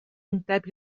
undeb